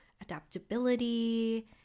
adaptability